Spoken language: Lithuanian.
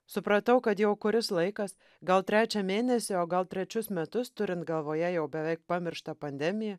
supratau kad jau kuris laikas gal trečią mėnesį o gal trečius metus turint galvoje jau beveik pamirštą pandemiją